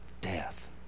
Death